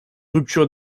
rupture